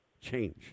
change